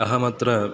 अहमत्र